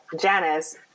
Janice